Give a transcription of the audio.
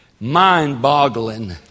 mind-boggling